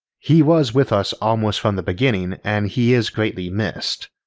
he was with us almost from the beginning and he is greatly missed.